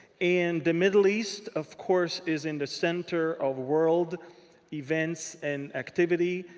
and the middle east, of course, is in the center of world events and activity.